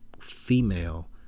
female